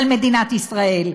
על מדינת ישראל.